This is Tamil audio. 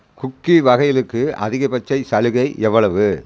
குக்கீ வகைளுக்கு அதிகபட்ச சலுகை எவ்வளவு